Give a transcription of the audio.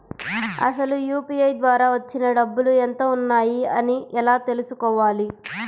అసలు యూ.పీ.ఐ ద్వార వచ్చిన డబ్బులు ఎంత వున్నాయి అని ఎలా తెలుసుకోవాలి?